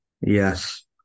Yes